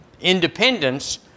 independence